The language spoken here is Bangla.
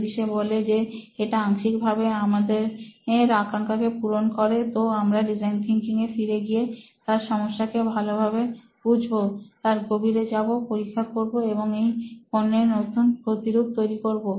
যদি সে বলে যে এটা আংশিকভাবে আমাদের আকাঙ্ক্ষাকে পূরণ করে তো আমরা ডিজাইন থিনকিং এ ফিরে গিয়ে তার সমস্যা কে ভালো ভাবে বুঝব তার গভীরে যাবো পরীক্ষা করব এবং এই পণ্যের নতুন প্রতিরূপ তৈরি করব